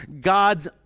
God's